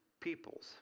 peoples